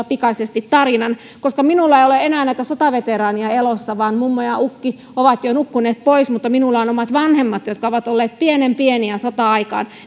pikaisesti tarinan minulla ei ole enää näitä sotaveteraaneja elossa vaan mummo ja ukki ovat jo nukkuneet pois mutta minulla on omat vanhemmat jotka ovat olleen pienen pieniä sota aikaan